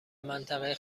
منطقه